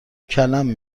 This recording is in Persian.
کلم